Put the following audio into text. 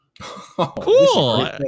Cool